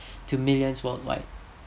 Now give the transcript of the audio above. to millions worldwide